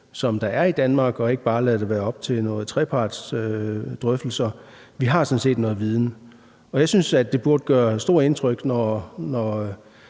som der er i Danmark, og ikke bare lade det være op til nogle trepartsdrøftelser. Vi har sådan set noget viden. Jeg synes, at det burde gøre stort indtryk, når